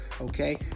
Okay